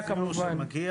שוטר הסיור שמגיע.